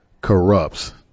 corrupts